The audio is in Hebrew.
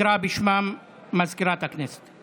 תקרא בשמם מזכירת הכנסת.